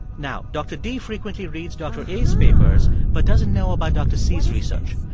now, dr. d frequently reads dr. a's papers but doesn't know about dr. c's research.